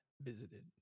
visited